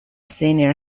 senior